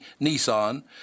Nissan